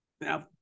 Now